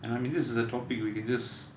and I mean this is a topic where we can just